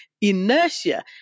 inertia